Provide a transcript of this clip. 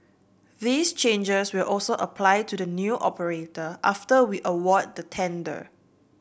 these changes will also apply to the new operator after we award the tender